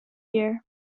year